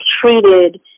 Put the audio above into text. treated